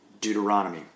Deuteronomy